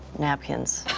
napkins.